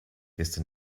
gestern